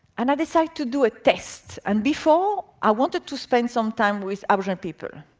and i decided to do a test. and before, i wanted to spend some time with aboriginal people.